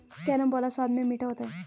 carambola स्वाद में मीठा होता है